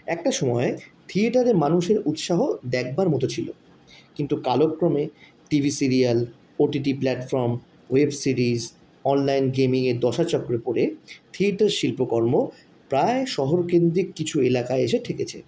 একটা সময়ে থিয়েটারে মানুষের উৎসাহ দেখবার মতো ছিল কিন্তু কালক্রমে TV serial OTT platform web series online গেমিংয়ের দশাচক্রে পড়ে থিয়েটার শিল্পকর্ম প্রায় শহরকেন্দ্রিক কিছু এলাকায় এসে ঠেকেছে